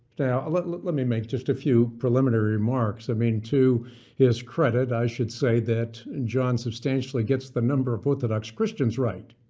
let let me make just a few preliminary remarks. i mean to his credit, i should say that john substantially gets the number of orthodox christians right.